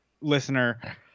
listener